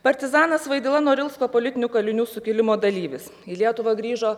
partizanas vaidila norilsko politinių kalinių sukilimo dalyvis į lietuvą grįžo